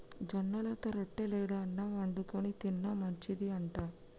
జొన్నలతో రొట్టె లేదా అన్నం వండుకు తిన్న మంచిది అంట